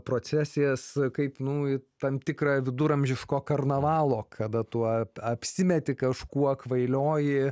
procesijas kaip nu į tam tikrą viduramžiško karnavalo kada tu apsimeti kažkuo kvailioji